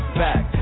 back